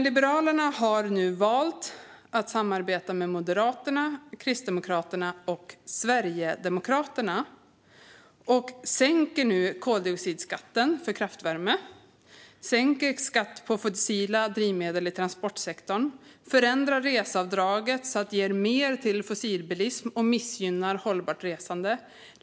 Liberalerna har valt att samarbeta med Moderaterna, Kristdemokraterna och Sverigedemokraterna och sänker nu koldioxidskatten för kraftvärme och skatten på fossila drivmedel i transportsektorn och förändrar reseavdraget så att det ger mer till fossilbilism och missgynnar hållbart resande.